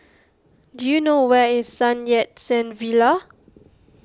do you know where is Sun Yat Sen Villa